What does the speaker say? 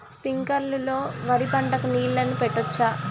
స్ప్రింక్లర్లు లో వరి పంటకు నీళ్ళని పెట్టొచ్చా?